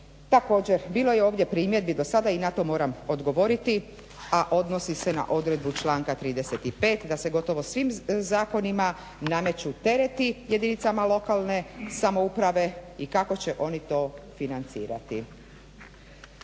Također bilo je ovdje primjedbi do sada i na to moram odgovoriti, a odnosi se na odredbu članka 35. da se gotovo svim zakonima nameću tereti jedinicama lokalne samouprave i kako će oni to financirati.